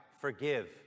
forgive